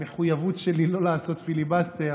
למחויבות שלי לא לעשות פיליבסטר.